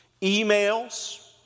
emails